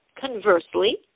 Conversely